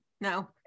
no